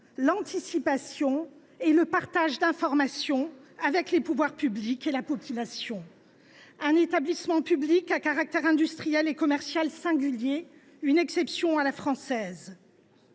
l’anticipation et le partage d’informations au service des pouvoirs publics et de la population. Il s’agit d’un établissement public à caractère industriel et commercial singulier et d’une exception à la française.